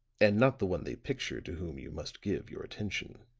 and not the one they picture to whom you must give your attention.